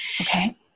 Okay